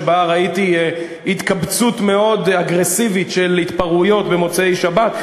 שבה ראיתי התקבצות מאוד אגרסיבית של התפרעויות במוצאי שבת,